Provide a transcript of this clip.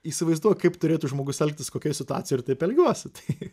įsivaizduok kaip turėtų žmogus elgtis kokioj situacijoj ir taip elgiuosi tai